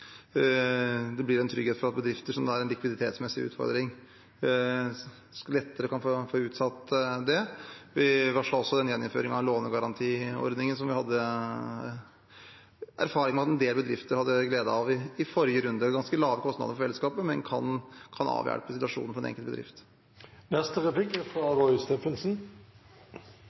det blir trygghet for at bedrifter som har en likviditetsmessig utfordring, lettere kan få utsettelse. Vi varslet også en gjeninnføring av lånegarantiordningen som vi hadde erfaring med at en del bedrifter hadde glede av i forrige runde – med ganske lave kostnader for fellesskapet, men som kan avhjelpe situasjonen for den enkelte bedrift. Ladbare hybridbiler er